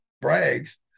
brags